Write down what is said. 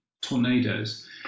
tornadoes